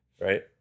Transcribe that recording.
Right